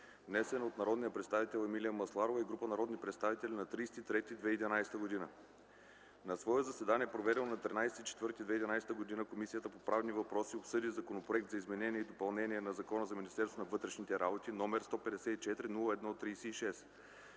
внесен от народния представител Емилия Масларова и група народни представители на 30 март 2011 г. На свое заседание, проведено на 13 април 2011 г., Комисията по правни въпроси обсъди Законопроект за изменение и допълнение на Закона за Министерството на вътрешните работи, № 154-01-36,